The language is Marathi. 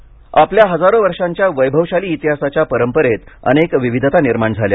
भागवत आपल्या हजारो वर्षांच्या वैभवशाली इतिहासाच्या परंपरेत अनेक विविधता निर्माण झाल्या